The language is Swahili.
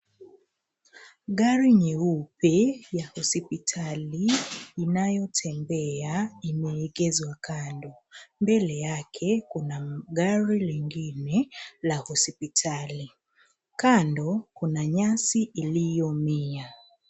Gari nyeupe ya hospitali inayotembea imeegezwa kando. Mbele yake kuna gari lingine la hospitali kando kuna nyasi iliyomea.